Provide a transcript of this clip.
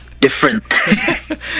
different